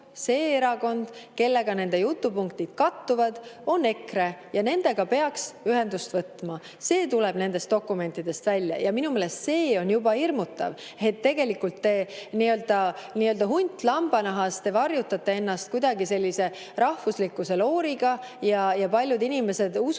see erakond, kellega nende jutupunktid kattuvad, on EKRE ja nendega peaks ühendust võtma. See tuleb nendest dokumentidest välja. Minu meelest on juba see hirmutav. Tegelikult te nii-öelda hundina lambanahas varjate ennast kuidagi rahvuslikkuse looriga ja paljud inimesed usuvad,